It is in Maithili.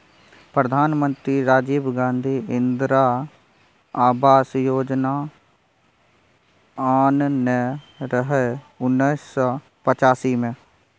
प्रधानमंत्री राजीव गांधी इंदिरा आबास योजना आनने रहय उन्नैस सय पचासी मे